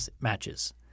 matches